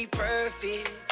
perfect